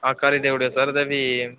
हां करी देई ओड़ेओ सर ते भी